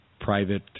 private